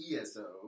ESO